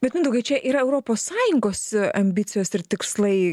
bet mindaugai čia yra europos sąjungos ambicijos ir tikslai